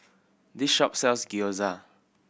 this shop sells Gyoza